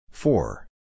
Four